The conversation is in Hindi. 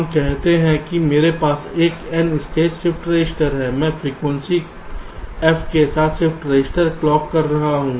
हम कहते हैं कि मेरे पास एक n स्टेज शिफ्ट रजिस्टर है मैं फ्रीक्वेंसी f के साथ शिफ्ट रजिस्टर क्लॉक कर रहा हूं